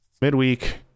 midweek